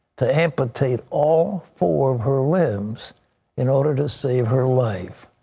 to amputate all four of her limbs in order to save her life.